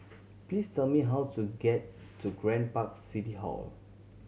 please tell me how to get to Grand Park City Hall